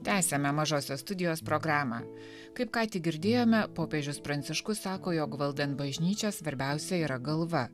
tęsiame mažosios studijos programą kaip ką tik girdėjome popiežius pranciškus sako jog valdant bažnyčią svarbiausia yra galva